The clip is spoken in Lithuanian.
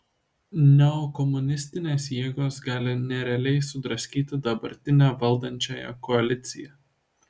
neokomunistinės jėgos gali nerealiai sudraskyti dabartinę valdančiąją koaliciją